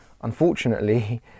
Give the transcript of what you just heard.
unfortunately